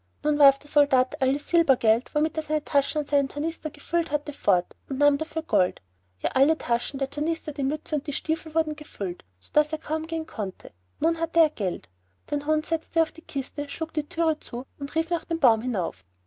nun warf der soldat alles silbergeld womit er seine taschen und seinen tornister gefüllt hatte fort und nahm dafür gold ja alle taschen der tornister die mütze und die stiefel wurden gefüllt sodaß er kaum gehen konnte nun hatte er geld den hund setzte er auf die kiste schlug die thüre zu und rief dann durch den baum hinauf